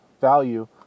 value